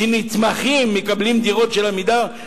שנתמכים, הם מקבלים דירות של "עמידר".